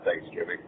Thanksgiving